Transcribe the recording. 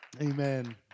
Amen